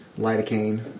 lidocaine